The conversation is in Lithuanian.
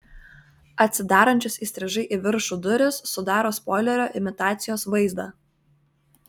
atsidarančios įstrižai į viršų durys sudaro spoilerio imitacijos vaizdą